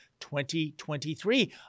2023